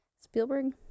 Spielberg